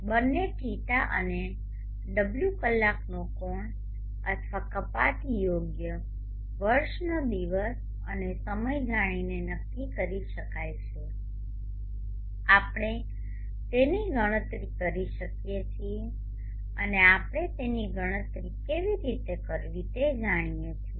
બંને δ અને ω કલાકનો કોણ અથવા કપાત યોગ્ય વર્ષનો દિવસ અને સમય જાણીને નક્કી કરી શકાય છે આપણે તેની ગણતરી કરી શકીએ છીએ અને આપણે તેની ગણતરી કેવી રીતે કરવી તે જાણીએ છીએ